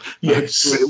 Yes